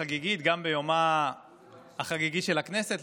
החגיגית גם ביומה החגיגי של הכנסת,